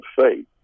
faith